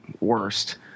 worst